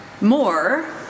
more